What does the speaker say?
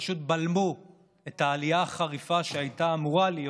פשוט בלמו את העלייה החריפה שהייתה אמורה להיות